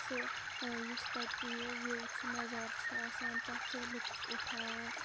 سُہ یُس تَتہِ یہِ وِو چھِ نَظارٕ چھِ آسان تَتھ لُطُف اُٹھاوان